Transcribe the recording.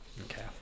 Okay